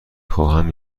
خواهم